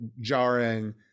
jarring